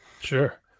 sure